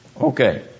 Okay